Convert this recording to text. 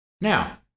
Now